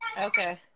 Okay